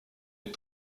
est